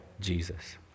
Jesus